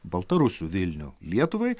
baltarusių vilnių lietuvai